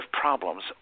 problems